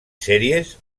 sèries